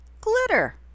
glitter